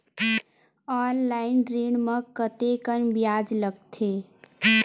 Online ऋण म कतेकन ब्याज लगथे?